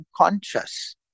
unconscious